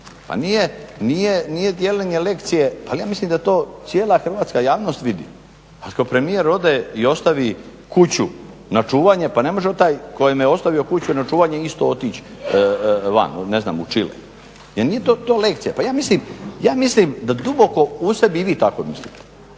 Pa nije dijeljenje lekcije al ja mislim da to cijela hrvatska javnost vidi, ako premijer ode i ostavi kuću na čuvanje pa ne može taj kome je ostavio kuću na čuvanje isto otići van, ne znam u Chile. Jer nije to lekcija. Pa ja mislim da duboko u sebi i vi tako mislite,